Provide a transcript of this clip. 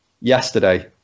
yesterday